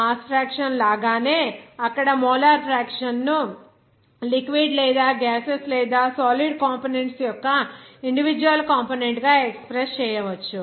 mass fraction లాగానే అక్కడ molar fraction ను లిక్విడ్ లేదా గ్యాసెస్ లేదా సాలిడ్ కంపోనెంట్స్ యొక్క ఇండివిడ్యువల్ కంపోనెంట్ గా ఎక్స్ప్రెస్ చేయవచ్చు